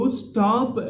stop